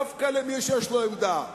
במדינת ישראל, דווקא למי שיש לו עמדה.